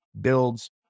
builds